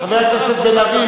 חבר הכנסת בן-ארי,